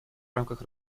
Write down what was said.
рамках